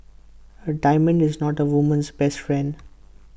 A diamond is not A woman's best friend